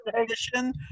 edition